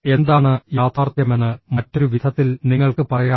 എന്താണ് യാഥാർത്ഥ്യമെന്ന് മറ്റൊരു വിധത്തിൽ നിങ്ങൾക്ക് പറയാം